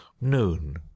noon